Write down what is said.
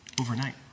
overnight